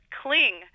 cling